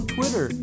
Twitter